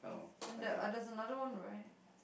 and the there's another one right